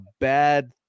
bad